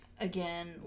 Again